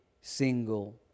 single